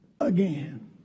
again